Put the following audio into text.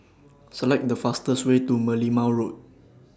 Select The fastest Way to Merlimau Road